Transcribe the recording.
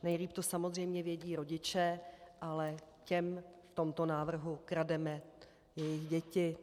Nejlíp to samozřejmě vědí rodiče, ale těm v tomto návrhu krademe jejich děti.